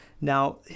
now